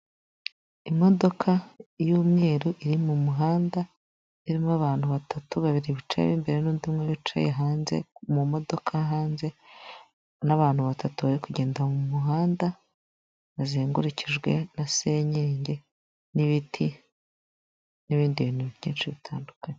Ni inoti yakiye magana atanu yabaga ishushanyijeho abana batatu bari kureba mu ikayi, hasi handitse amafaranga magana atanu hejuru hanitse banki nasiyonari y'u Rwanda inyuma hashushanyijeho ingagi ziri mu byatsi nigiceri ndetse n'umukono.